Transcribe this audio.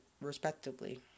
respectively